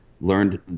Learned